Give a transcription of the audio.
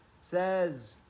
says